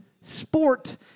sport